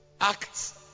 Acts